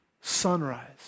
sunrise